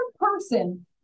person